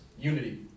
unity